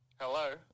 Hello